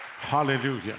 hallelujah